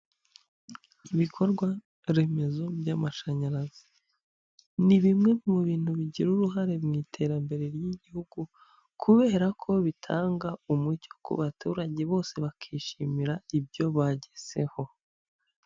Ibikorwa remezo by'amashanyarazi, ni bimwe mu bintu bigira uruhare mu iterambere ry'igihugu kubera ko bitanga umucyo ku baturage bose bakishimira ibyo bagezeho.